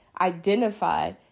identify